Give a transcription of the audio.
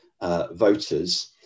voters